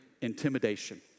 intimidation